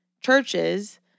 churches